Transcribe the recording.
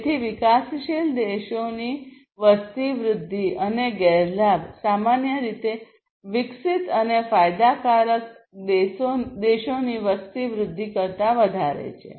તેથી વિકાસશીલ દેશોની વસ્તી વૃદ્ધિ અને ગેરલાભ સામાન્ય રીતે વિકસિત અને ફાયદાકારક દેશોની વસ્તી વૃદ્ધિ કરતા વધારે છે